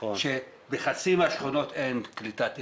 שבחצי מהשכונות אין קליטת אינטרנט.